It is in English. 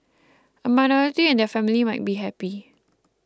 a minority and their family might be happy